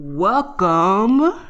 Welcome